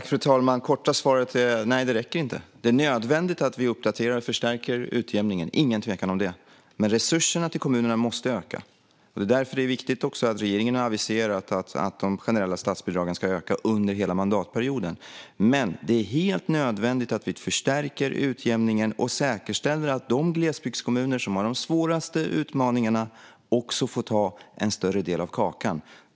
Fru talman! Det korta svaret är: Nej, det räcker inte. Det är nödvändigt att vi uppdaterar och förstärker utjämningen, det är ingen tvekan om det. Men resurserna till kommunerna måste öka. Det är därför regeringen har aviserat att de generella statsbidragen ska öka under hela mandatperioden. Men det är helt nödvändigt att vi förstärker utjämningen och säkerställer att de glesbygdskommuner som har de svåraste utmaningarna får en större del av kakan.